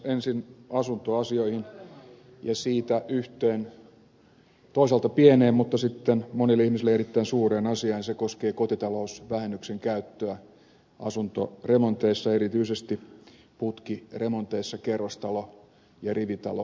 ensin asuntoasioihin ja niistä yhteen toisaalta pieneen mutta monille ihmisille erittäin suureen asiaan ja se koskee kotitalousvähennyksen käyttöä asuntoremonteissa erityisesti putkiremonteissa kerrostalo ja rivitaloyhtiöissä